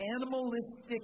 animalistic